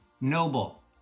Noble